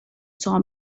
saw